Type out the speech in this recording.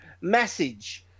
message